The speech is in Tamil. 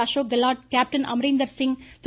அசோக் கெலாட் கேப்டன் அமரீந்தர் சிங் திரு